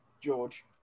George